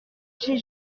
chez